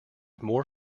more